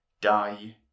die